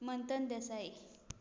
Mathan Desai